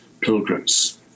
pilgrims